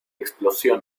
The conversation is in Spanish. explosión